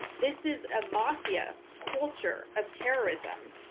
this is a mafia culture of terrorism.